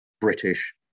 British